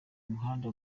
muhanda